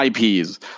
IPs